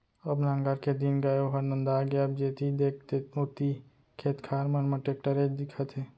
अब नांगर के दिन गय ओहर नंदा गे अब जेती देख ओती खेत खार मन म टेक्टरेच दिखत हे